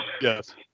yes